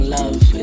love